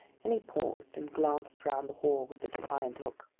then he paused and glanced round the hall with a defiant look.